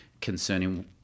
concerning